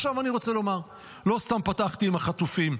עכשיו אני רוצה לומר: לא סתם פתחתי עם החטופים.